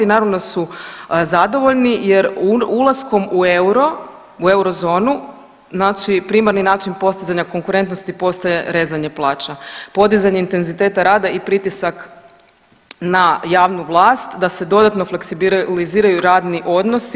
Naravno da su zadovoljni jer ulaskom u euro, u eurozonu znači primjeren način postizanja konkurentnosti postaje rezanje plaća, podizanje intenziteta rada i pritisak na javnu vlast da se dodatno fleksibiliziraju radni odnosi.